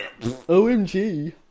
OMG